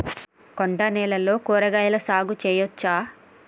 కొండ నేలల్లో కూరగాయల సాగు చేయచ్చా?